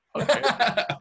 Okay